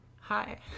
hi